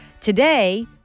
today